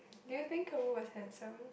do you think Caroo was handsome